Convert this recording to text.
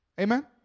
Amen